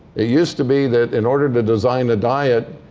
it used to be that in order to design a diet,